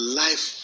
life